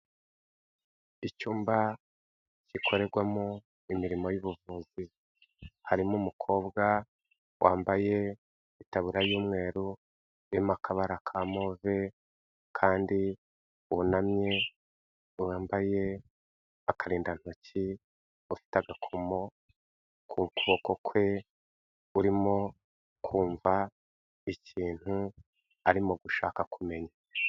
Icyumba gikorerwamo imirimo y'ubuvuzi, harimo umukobwa wambaye itaburiya y'umweru, urimo akabara ka move kandi wunamye, wambaye akarindantoki ufite agakomo ku kuboko kwe, urimo kumva ikintu arimo gushaka kumenya.